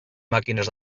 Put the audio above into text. màquines